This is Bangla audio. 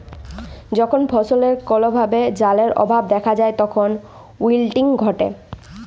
যখল ফসলে কল ভাবে জালের অভাব দ্যাখা যায় তখল উইলটিং ঘটে